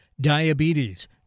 diabetes